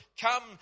come